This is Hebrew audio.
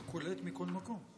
הוא קולט מכל מקום.